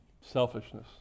Selfishness